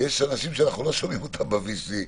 יש אנשים שאנחנו לא שומעים אותם ב-VC,